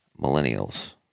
millennials